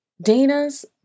Dana's